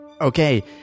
Okay